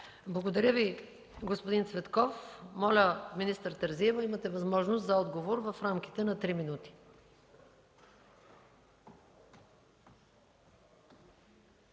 Благодаря Ви, господин Цветков. Моля, министър Терзиева, имате възможност за отговор в рамките на три минути.